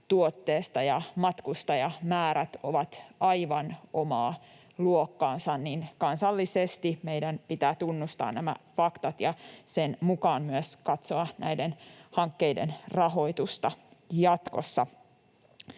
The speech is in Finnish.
ja matkustajamäärät ovat aivan omaa luokkaansa. Kansallisesti meidän pitää tunnustaa nämä faktat ja sen mukaan myös katsoa näiden hankkeiden rahoitusta jatkossa.